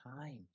times